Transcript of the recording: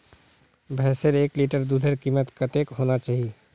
भैंसेर एक लीटर दूधेर कीमत कतेक होना चही?